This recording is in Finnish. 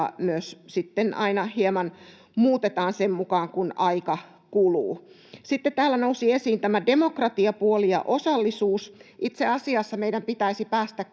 myös hieman muutetaan sen mukaan kuin aika kuluu. Sitten täällä nousi esiin tämä demokratiapuoli ja osallisuus. Itse asiassa meidän pitäisi päästä